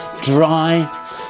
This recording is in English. dry